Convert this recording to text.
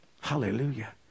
hallelujah